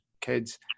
kids